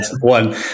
one